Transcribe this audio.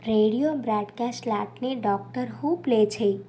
radio broadcast ల్యాప్ని doctor who play చేయి